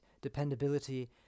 dependability